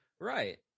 Right